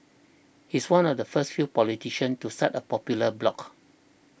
he's one of the first few politicians to start a popular blog